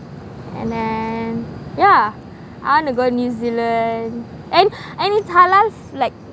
and then yeah I want to go new zealand and and it's halal like